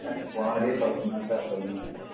sir போனவாட்டியே கொறைச்சிதான் sir சொன்னீங்க